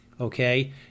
okay